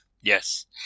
Yes